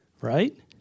Right